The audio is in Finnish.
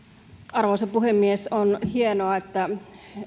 arvoisa puhemies on hienoa että